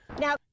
Now